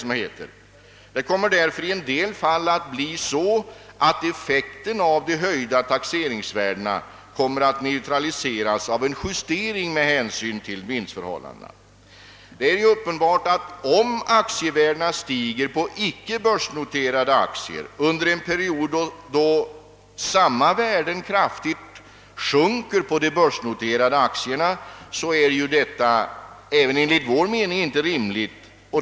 I en del fall kommer därför effekten av de höjda taxeringsvärdena att neutraliseras av en justering med hänsyn till vinstförhållandena. Det är uppenbart att om aktievärdena stiger på icke börsnoterade aktier under en period då samma värden kraftigt sjunker på de börsnoterade aktierna är detta även enligt vår mening inte rimligt.